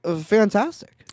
fantastic